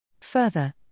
Further